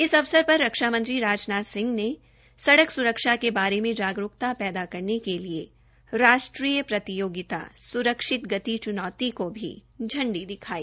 इस अवसर पर रक्षा मंत्री राजनाथ सिंह ने सड़ाक सुरक्षा के बारे में जागरूक्ता पैदा करने के लिए राष्ट्रीय प्रतियोगिता सुरक्षित गति चुनौती को भी झंडी दिखाई